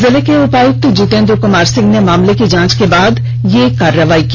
जिले के उपायुक्त जितेंद्र कुमार सिंह ने मामले की जांच के बाद यह कार्रवाई की